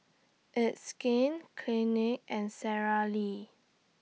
It's Skin Clinique and Sara Lee